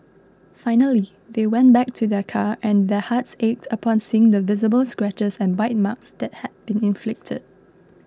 finally they went back to their car and their hearts ached upon seeing the visible scratches and bite marks that had been inflicted